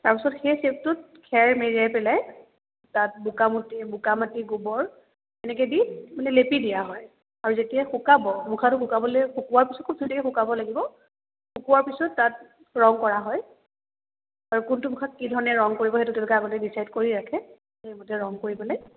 তাৰপিছত সেই চেপটোত খেৰ মেৰিয়াই পেলাই তাত বোকামাটি বোকামাটি গোবৰ এনেকে দি মানে লেপি দিয়া হয় আৰু যেতিয়া শুকাব মুখাটো শুকাবলে শুকোৱাৰ পিছত খুব ধুনীয়াকে শুকাব লাগিব শুকোৱাৰ পিছত তাত ৰং কৰা হয় আৰু কোনটো মুখাত কি ধৰণে ৰং কৰিব সেইটো তেওঁলোকে আগতে ডিচাইড কৰি ৰাখে সেইমতে ৰং কৰিব পেলাই